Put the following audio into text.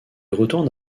retourne